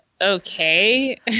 okay